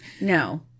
No